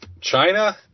China